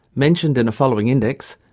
mentioned in a following index,